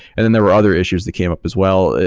then there were other issues that came up as well.